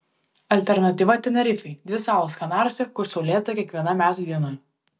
alternatyva tenerifei dvi salos kanaruose kur saulėta kiekviena metų diena